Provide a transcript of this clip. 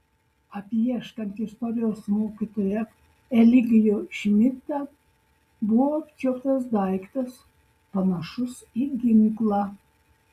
apieškant istorijos mokytoją eligijų šmidtą buvo apčiuoptas daiktas panašus į ginklą